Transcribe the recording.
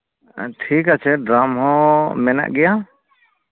ᱴᱷᱤᱠ ᱟᱪᱷᱮ ᱰᱨᱟᱢ ᱦᱚᱸ ᱢᱮᱱᱟᱜ ᱜᱮᱭᱟ